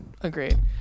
agreed